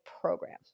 program